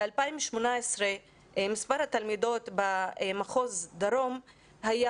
ב-2018 מספר התלמידות במחוז דרום היה